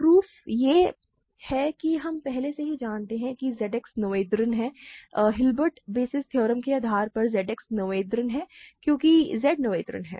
proof यह है कि हम पहले से ही जानते हैं कि Z X नोथेरियन है हिल्बर्ट बेसिस थ्योरम के आधार पर Z X नोथेरियन नोथेरियन है क्योंकि Z नोथेरियन है